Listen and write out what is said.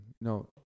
No